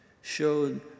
showed